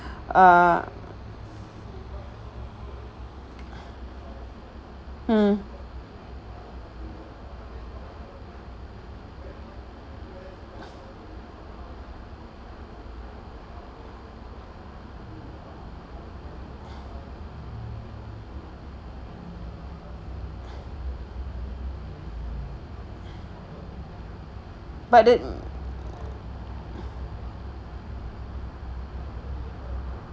ah mm but the